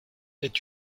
est